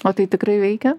o tai tikrai veikia